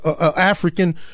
African